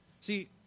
See